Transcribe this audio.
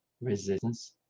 Resistance